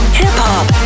hip-hop